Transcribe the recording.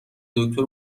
دکتر